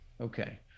okay